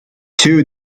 two